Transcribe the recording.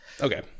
okay